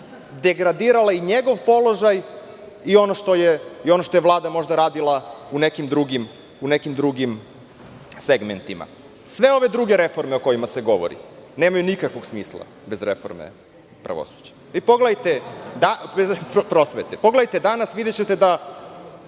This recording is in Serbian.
degradirala i njegov položaj i ono što je Vlada možda radila u nekim drugim segmentima. Sve ove druge reforme o kojima se govori nemaju nikakvog smisla bez reforme prosvete. Pogledajte danas i videćete da